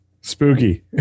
Spooky